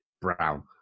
brown